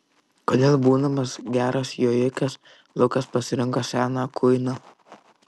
kodėl būdamas geras jojikas lukas pasirinko seną kuiną